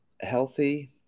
healthy